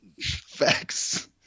Facts